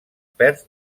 perd